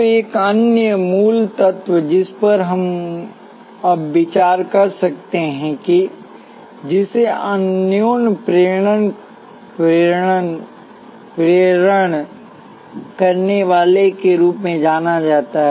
तो एक अन्य मूल तत्व जिस पर हम अब विचार कर सकते हैं जिसे अन्योन्य प्रेरण करने वाला के रूप में जाना जाता है